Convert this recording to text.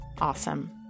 awesome